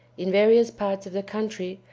in various parts of the country,